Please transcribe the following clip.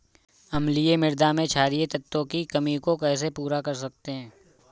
अम्लीय मृदा में क्षारीए तत्वों की कमी को कैसे पूरा कर सकते हैं?